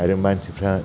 आरो मानसिफ्रा